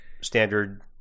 standard